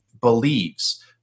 believes